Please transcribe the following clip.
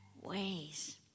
ways